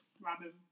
Robin